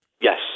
yes